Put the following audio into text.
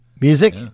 Music